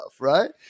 right